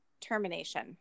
termination